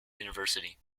university